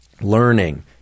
learning